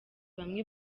bamwe